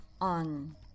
on